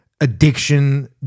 addiction